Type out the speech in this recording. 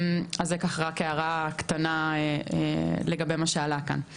זו הערה קטנה לגבי מה שעלה כאן.